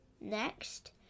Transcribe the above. next